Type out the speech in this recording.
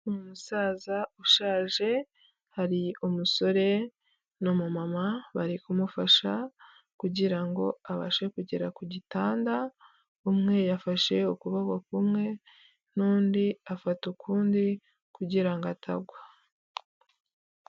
Umusaza ushaje, hari umusore n'umumama bari kumufasha kugira ngo abashe kugera ku gitanda. Umwe yafashe ukuboko kumwe n'undi afata ukundi kugira ngo atagwa.